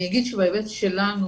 אני אגיד שבהיבט שלנו